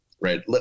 Right